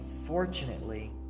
unfortunately